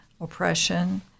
oppression